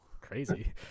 Crazy